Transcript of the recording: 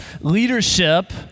leadership